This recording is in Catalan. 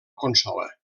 consola